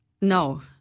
No